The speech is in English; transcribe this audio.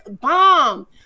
Bomb